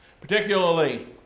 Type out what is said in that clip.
particularly